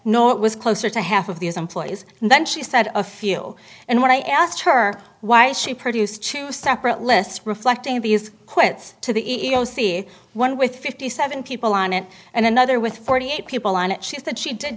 no it was closer to half of these employees and then she said a few and when i asked her why she produced choose separate lists reflecting these quits to the e e o c one with fifty seven people on it and another with forty eight people on it she said she did